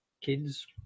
kids